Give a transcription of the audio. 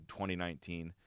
2019